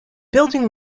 building